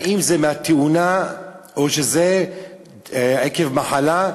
האם זה מהתאונה או שזה עקב מחלה,